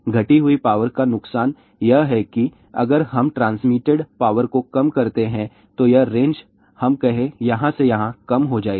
घटी हुई पावर का नुकसान यह है कि अगर हम ट्रांसमिटेड पावर को कम करते हैं तो यह रेंज हम कहें यहाँ से यहाँ कम हो जाएगी